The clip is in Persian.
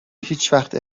هیچوقت